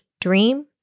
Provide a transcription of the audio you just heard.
Dream